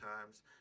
times